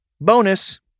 Bonus